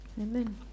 Amen